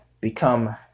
become